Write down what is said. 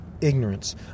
ignorance